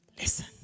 Listen